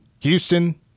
Houston